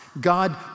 God